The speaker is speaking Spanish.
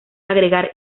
agregar